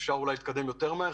יהיו שיאמרו שאפשר להתקדם יותר מהר.